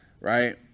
right